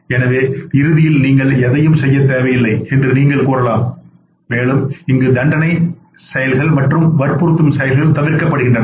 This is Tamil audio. எனவே இறுதியில் நீங்கள் எதையும் செய்யத் தேவையில்லை என்று நீங்கள் கூறலாம்மேலும் இங்கு தண்டனை செயல்கள் மற்றும் வற்புறுத்தும் செயல்கள் தவிர்க்கப்படுகின்றன